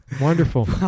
Wonderful